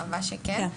מקווה שכן.